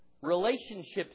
Relationships